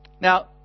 Now